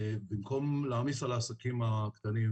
במקום להעמיס על העסקים הקטנים,